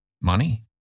Money